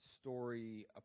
story